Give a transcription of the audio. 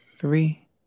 Three